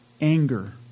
anger